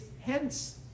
hence